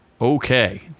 Okay